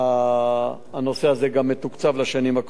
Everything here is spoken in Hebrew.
אני רוצה להודות למנכ"ל היוצא יעקב גנות,